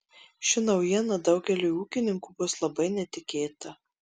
ši naujiena daugeliui ūkininkų bus labai netikėta